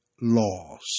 laws